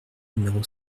numéro